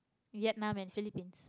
Vietnam and Philippines